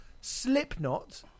Slipknot